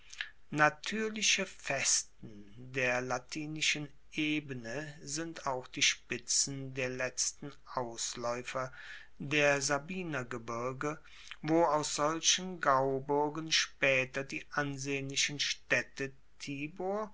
natuerliche festen der latinischen ebene sind auch die spitzen der letzten auslaeufer der sabinergebirge wo aus solchen gauburgen spaeter die ansehnlichen staedte tibur